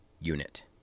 unit